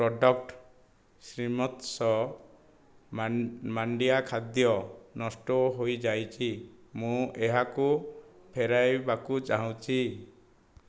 product ଶ୍ରୀମଥସ ମାଣ୍ଡିଆ ଖାଦ୍ୟ ନଷ୍ଟ ହୋଇଯାଇଛି ମୁଁ ଏହାକୁ ଫେରାଇବାକୁ ଚାହୁଁଛି